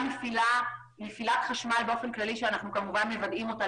נפילת חשמל באופן כללי שאנחנו כמובן מוודאים אותה